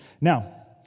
Now